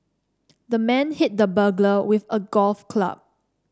the man hit the burglar with a golf club